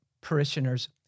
parishioners